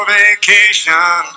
vacation